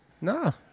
No